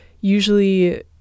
Usually